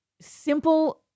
simple